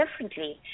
differently